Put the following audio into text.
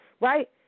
right